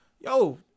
Yo